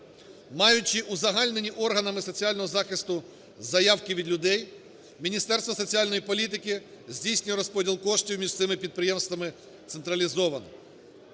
Маючи узагальнені органами соціального захисту заявки від людей, Міністерство соціальної політики здійснює розподіл коштів між цими підприємствами централізовано.